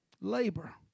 Labor